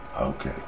Okay